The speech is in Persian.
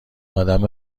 آدم